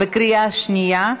בקריאה שנייה.